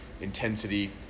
intensity